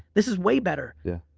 this is way better. yeah,